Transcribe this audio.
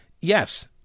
yes